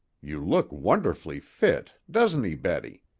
you look wonderfully fit, doesn't he, betty?